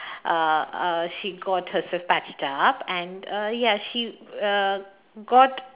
uh uh she got herself patched up and uh ya she uh got